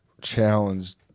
challenged